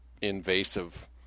invasive